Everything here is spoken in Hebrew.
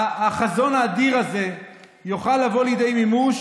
החזון האדיר הזה יוכל לבוא לידי מימוש